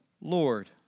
Lord